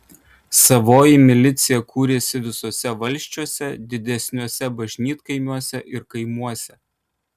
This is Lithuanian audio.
savoji milicija kūrėsi visuose valsčiuose didesniuose bažnytkaimiuose ir kaimuose